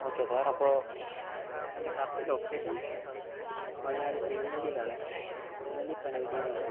okay sir അപ്പോൾ എൻ്റെ correct location Wayanad തിരുനെല്ലിയിലാണ് തിരുനെല്ലി പനവല്ലിന്ന് പറയും